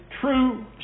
true